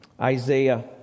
Isaiah